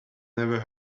never